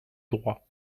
droit